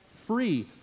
free